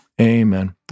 Amen